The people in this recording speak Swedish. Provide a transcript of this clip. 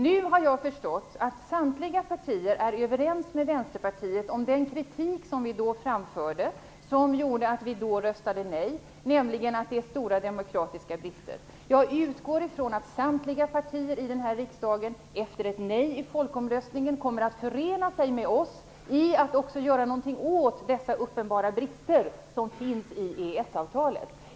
Nu har jag förstått att samtliga partier är överens med Vänsterpartiet om den kritik som vi då framförde, som gjorde att vi då röstade nej, nämligen att det har stora demokratiska brister. Jag utgår ifrån att samtliga partier i denna riksdag efter ett nej i folkomröstningen kommer att förena sig med oss i att göra någonting åt dessa uppenbara brister som finns i EES-avtalet.